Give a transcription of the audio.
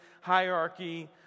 hierarchy